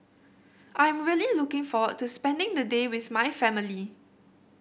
I'm really looking forward to spending the day with my family